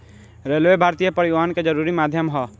railway भारतीय परिवहन के जरुरी माध्यम ह